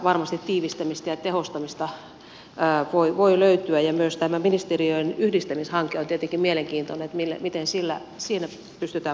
varmasti tiivistämistä ja tehostamista voi löytyä ja myös tämä ministeriön yhdistämishanke on tietenkin mielenkiintoinen että miten siinä pystytään puuttumaan myös näihin kysymyksiin